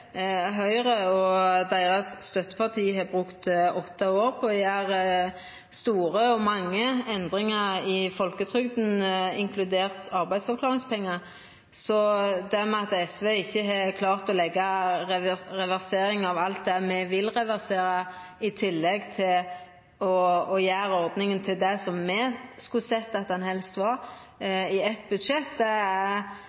Høgre og støttepartiet deira har brukt åtte år på å gjera store og mange endringar i folketrygda, inkludert arbeidsavklaringspengar. Det at SV ikkje har klart å leggja inn reversering av alt det me vil reversera, i tillegg til å gjera ordninga til det me helst skulle sett at ho var,